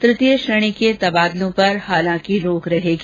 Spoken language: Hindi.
तृतीय श्रेणी के तबादलों पर हालांकि रोक रहेगी